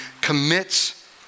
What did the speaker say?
commits